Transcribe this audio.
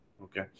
Okay